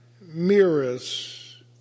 mirrors